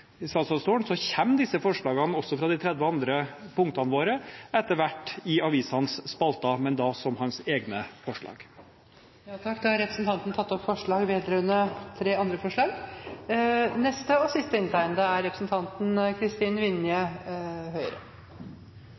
disse forslagene – også de 30 andre forslagene våre – etter hvert i avisenes spalter, men da som hans egne forslag. Da har representanten Giske redegjort for at forslagene 9, 11 og 18 er